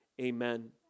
amen